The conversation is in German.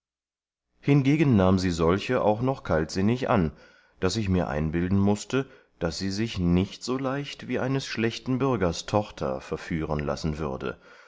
hingegen nahm sie solche auch noch kaltsinnig an daß ich mir einbilden mußte daß sie sich nicht so leicht wie eines schlechten bürgers tochter verführen lassen würde